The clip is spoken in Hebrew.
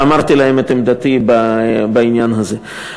ואמרתי להם את עמדתי בעניין הזה.